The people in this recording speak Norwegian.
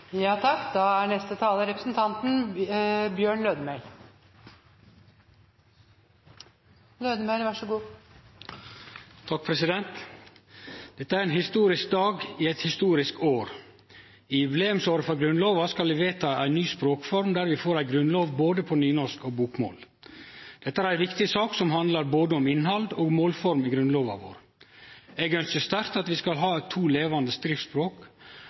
Dette er ein historisk dag i eit historisk år. I jubileumsåret for Grunnlova skal vi vedta ei ny språkform der vi får ei grunnlov på både nynorsk og bokmål. Dette er ei viktig sak som handlar om både innhald og målform i Grunnlova vår. Eg ønskjer sterkt at vi skal ha to levande skriftspråk,